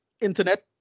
internet